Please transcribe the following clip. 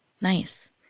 Nice